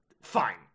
fine